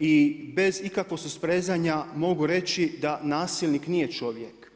i bez ikakvog susprezanja, mogu reći da nasilnik nije čovjek.